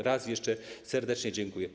Raz jeszcze serdecznie dziękuję.